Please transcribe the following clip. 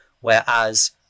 whereas